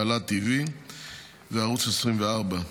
הלא TV וערוץ 24,